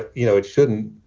you know it shouldn't.